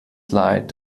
leid